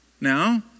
Now